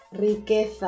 riqueza